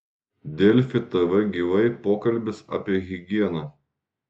delfi tv gyvai pokalbis apie higieną